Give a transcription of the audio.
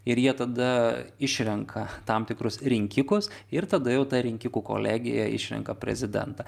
ir jie tada išrenka tam tikrus rinkikus ir tada jau ta rinkikų kolegija išrenka prezidentą